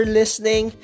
listening